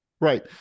Right